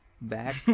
back